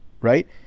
right